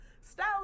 style